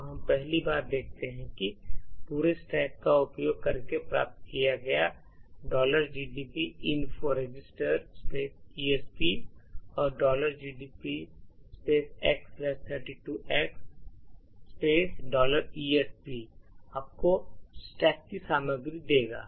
तो हम पहली बार देखते हैं कि पूरे स्टैक का उपयोग करके प्राप्त किया गया gdb info registers esp और gdb x32x esp आपको स्टैक की सामग्री देगा